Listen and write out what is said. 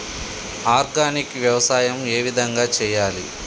Organic వ్యవసాయం ఏ విధంగా చేయాలి?